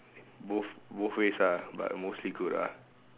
both both ways ah but mostly good ah